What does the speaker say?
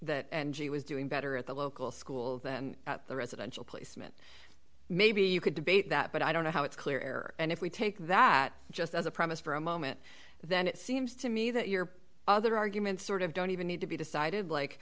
angie was doing better at the local school than the residential placement maybe you could debate that but i don't know how it's clear air and if we take that just as a premise for a moment then it seems to me that your other arguments sort of don't even need to be decided like